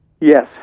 Yes